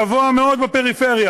גבוה מאוד בפריפריה.